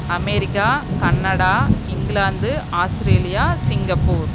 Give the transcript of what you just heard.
America Canada England Australia Singapore